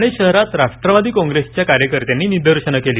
ठाणे शहरात राष्ट्रवादी काँग्रेसच्या कार्यकर्त्यांनी निदर्शनं केली